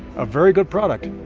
a very good product,